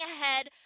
ahead